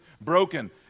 broken